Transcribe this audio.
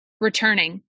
returning